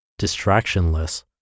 Distractionless